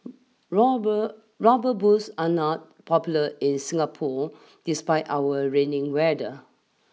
robber rubber boots are not popular in Singapore despite our raining weather